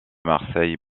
marseille